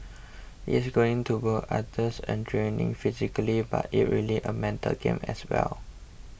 it's going to go arduous and draining physically but it really a mental game as well